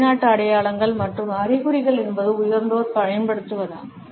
வெளிநாட்டு அடையாளங்கள் மற்றும் அறிகுறிகள் என்பது உயர்ந்தோர் பயன்படுத்துவதா